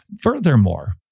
Furthermore